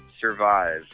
survive